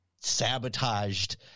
sabotaged